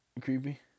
Creepy